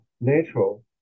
natural